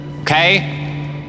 Okay